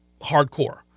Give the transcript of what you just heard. hardcore